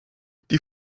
die